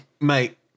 Mate